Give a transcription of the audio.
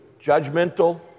judgmental